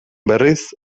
berriz